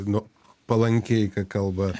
nu palankiai kai kalba